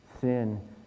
Sin